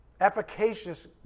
Efficacious